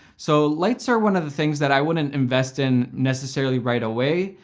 so lights are one of the things that i wouldn't invest in necessarily right away.